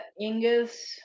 Ingus